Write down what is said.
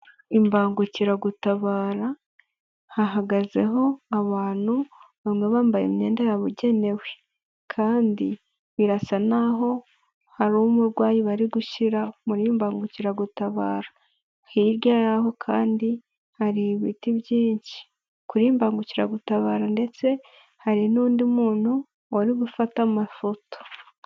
Imbangukiragutabara hahagazeho abantu, bamwe bambaye imyenda yabo igenewe kandi birasa n'aho hari umurwayi bari gushyira muri iyi mbangukiragutabara, hirya y'aho kandi hari ibiti byinshi, kuri iyi mbangukiragutabara ndetse hari n'undi muntu wari uri gufata amafoto.